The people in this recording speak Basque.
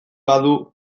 badu